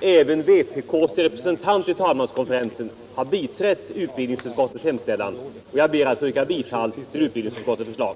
Även vpk:s representant i talmanskonferensen har där biträtt utskottets hemställan. Jag ber att få yrka bifall till utskottets hemställan.